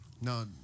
No